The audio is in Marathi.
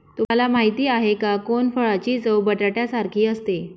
तुम्हाला माहिती आहे का? कोनफळाची चव बटाट्यासारखी असते